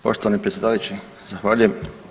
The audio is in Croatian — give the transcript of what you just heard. Poštovani predsjedavajući, zahvaljujem.